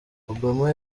obama